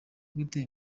gute